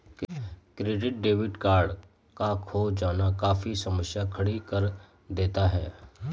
credit debit card का खो जाना काफी समस्या खड़ी कर देता है